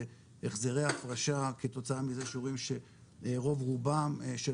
זה החזרי הפרשה כתוצאה מזה שרואים שרוב רובם של